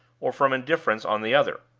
or from indifference on the other.